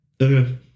Okay